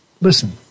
Listen